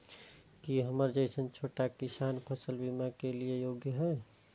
की हमर जैसन छोटा किसान फसल बीमा के लिये योग्य हय?